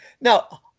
Now